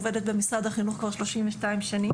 עובדת במשרד החינוך כבר 32 שנים.